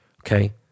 Okay